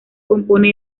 compone